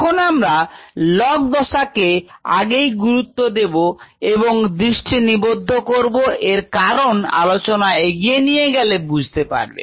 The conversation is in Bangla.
এখন আমরা log দশাকে আগেই গুরুত্ব দেব এবং দৃষ্টি নিবন্ধ করব এর কারণ আলোচনা এগিয়ে নিয়ে গেলে বুঝতে পারবে